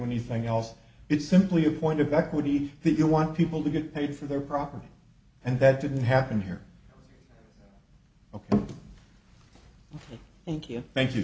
anything else it's simply a point of equity that you want people to get paid for their property and that didn't happen here ok thank you thank you